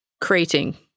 creating